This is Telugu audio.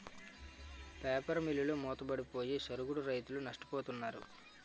పేపర్ మిల్లులు మూతపడిపోయి సరుగుడు రైతులు నష్టపోతున్నారు